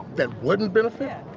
that wouldn't benefit?